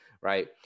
right